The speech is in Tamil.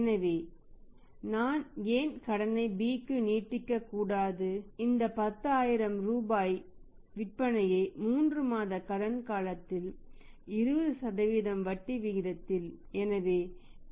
எனவே இந்த 10000 ரூபாய் விற்பனையை 3 மாத கடன் காலத்தில் 20 வட்டி விகிதத்தில் நான் ஏன் கடனை B க்கு நீட்டிக்கக்கூடாது